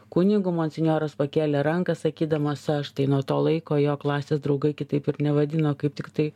kunigu monsinjoras pakėlė ranką sakydamas aš tai nuo to laiko jo klasės draugai kitaip ir nevadino kaip tik tai